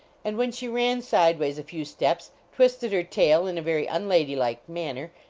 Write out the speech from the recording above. and when she ran sideways a few steps, twisted her tail in a very unlady like manner,